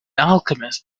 alchemist